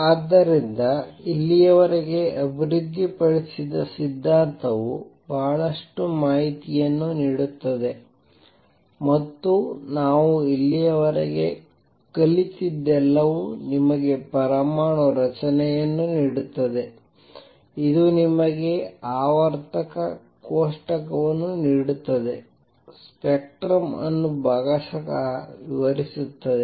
ಆದ್ದರಿಂದ ಇಲ್ಲಿಯವರೆಗೆ ಅಭಿವೃದ್ಧಿಪಡಿಸಿದ ಸಿದ್ಧಾಂತವು ಬಹಳಷ್ಟು ಮಾಹಿತಿಯನ್ನು ನೀಡುತ್ತದೆ ಮತ್ತು ನಾವು ಇಲ್ಲಿಯವರೆಗೆ ಕಲಿತದ್ದೆಲ್ಲವೂ ನಿಮಗೆ ಪರಮಾಣು ರಚನೆಯನ್ನು ನೀಡುತ್ತದೆ ಇದು ನಿಮಗೆ ಆವರ್ತಕ ಕೋಷ್ಟಕವನ್ನು ನೀಡುತ್ತದೆ ಸ್ಪೆಕ್ಟ್ರಮ್ ಅನ್ನು ಭಾಗಶಃ ವಿವರಿಸುತ್ತದೆ